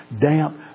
damp